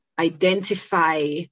identify